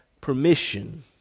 permission